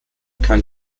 kann